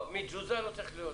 --- מתזוזה לא צריך להיות.